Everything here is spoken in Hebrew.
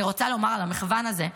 אני רוצה לומר על המחוון הזה,